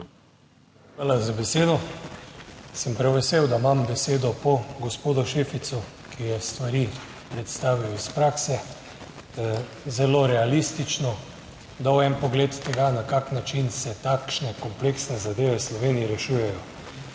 Hvala za besedo. Sem prav vesel, da imam besedo po gospodu Šeficu, ki je stvari predstavil iz prakse zelo realistično, dal en pogled tega, na kakšen način se takšne kompleksne zadeve v Sloveniji rešujejo.